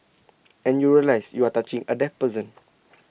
and you realise you are touching A dead person